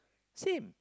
same